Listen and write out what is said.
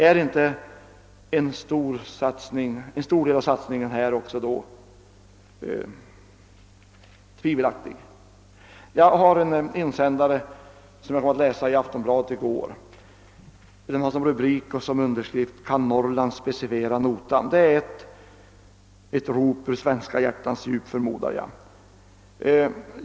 Är inte en stor del av satsningen också här tvivelaktig? Jag har här en insändare som stod i Aftonbladet i går under rubriken »Kan Norrland specificera notan?» Det är ett rop ur svenska hjärtans djup, förmodar jag.